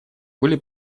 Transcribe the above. были